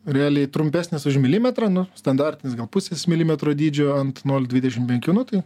realiai trumpesnis už milimetrą nu standartinis gal pusės milimetro dydžio ant nol dvidešim penkių nu tai